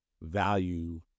value